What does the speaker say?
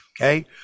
Okay